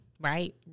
right